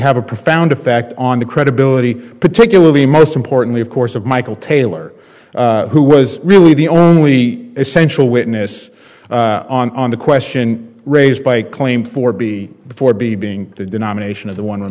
have a profound effect on the credibility particularly most importantly of course of michael taylor who was really the only essential witness on the question raised by a claim for b before b being the denomination of the one